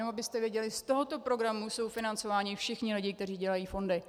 Jenom abyste věděli, z tohoto programu jsou financováni všichni lidé, kteří dělají fondy.